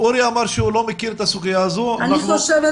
אני חושבת